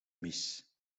mis